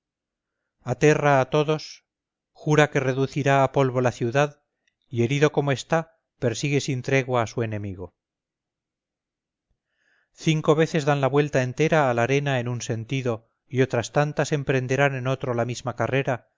aterra a todos jura que reducirá a polvo la ciudad y herido como está persigue sin tregua a su enemigo cinco veces dan la vuelta entera a la arena en un sentido y otras tantas emprenderán en otro la misma carrera